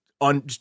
on